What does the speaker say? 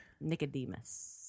Nicodemus